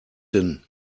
hin